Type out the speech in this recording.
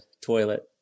toilet